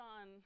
on